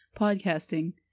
podcasting